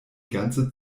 ganze